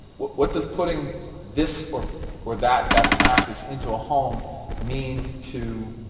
what what does putting this or or that best practice into a home mean to